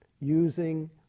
using